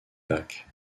bacs